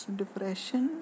depression